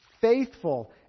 faithful